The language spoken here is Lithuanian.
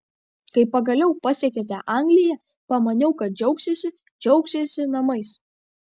kai pagaliau pasiekėte angliją pamaniau kad džiaugsiesi džiaugsiesi namais